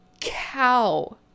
cow